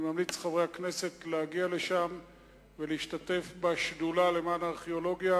אני ממליץ לחברי הכנסת להגיע לשם ולהשתתף בשדולה למען הארכיאולוגיה,